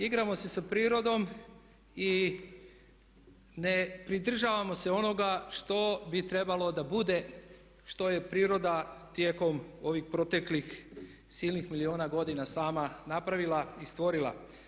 Igramo se sa prirodom i ne pridržavamo se onoga što bi trebalo da bude, što je priroda tijekom ovih proteklih silnih miliona godina sama napravila i stvorila.